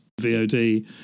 VOD